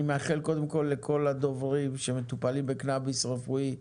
אני מאחל קודם כל לכל הדוברים שמטופלים בקנביס רפואי,